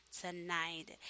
tonight